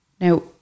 now